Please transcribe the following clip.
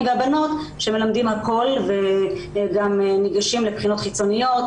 והבנות שמלמדים הכול וגם ניגשים לבחינות חיצוניות,